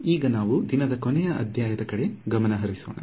ಈಗ ನಾವು ದಿನದ ಕೊನೆಯ ಅಧ್ಯಾಯದ ಕಡೆ ಗಮನ ಹರಿಸೋಣ